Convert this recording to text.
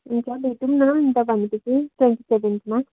हुन्छ भेटौँ न अन्त भने पछि ट्वेन्टीसेबेन्तमा